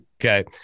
okay